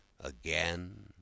again